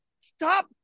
stop